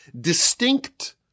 distinct